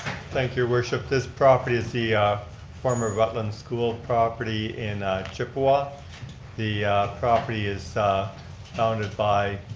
thank you, worship. this property is the former rutland school property in chippewa. the property is founded by,